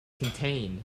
contained